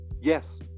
yes